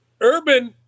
Urban